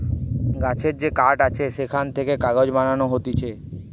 গাছের যে কাঠ আছে সেখান থেকে কাগজ বানানো হতিছে